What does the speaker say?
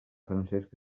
francesc